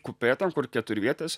kupė ten kur keturvietės